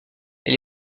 elle